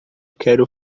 quero